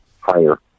higher